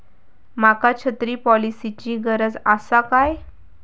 माका छत्री पॉलिसिची गरज आसा काय?